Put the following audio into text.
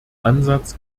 ansatz